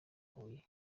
huye